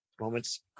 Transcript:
moments